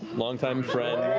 long-time friend,